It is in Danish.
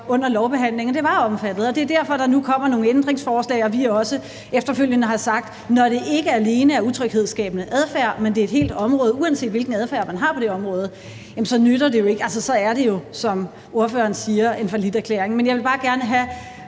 under lovbehandlingen, at det var omfattet, og det er derfor, at der nu kommer nogle ændringsforslag, og vi også efterfølgende har sagt, at det, når det ikke alene er en utryghedsskabende adfærd, men det er et helt område, uanset hvilken adfærd man har på det område, jo så ikke nytter noget. Altså, så er det jo, som ordføreren siger, en falliterklæring. Men jeg vil bare gerne have